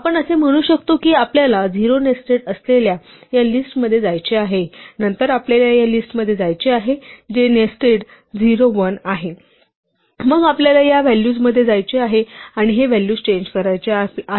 आपण असे म्हणू शकतो की आपल्याला 0 नेस्टेड असलेल्या या लिस्टमध्ये जायचे आहे नंतर आपल्याला या लिस्टमध्ये जायचे आहे जे नेस्टेड 01 आहे मग आपल्याला या व्हॅल्यूमध्ये जायचे आहे आणि हे व्हॅल्यू चेंज करायचे आहे